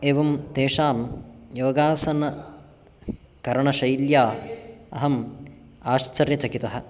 एवं तेषां योगासनकरणशैल्या अहम् आश्चर्यचकितः